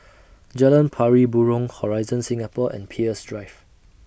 Jalan Pari Burong Horizon Singapore and Peirce Drive